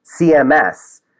CMS